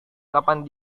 kapan